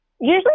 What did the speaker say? Usually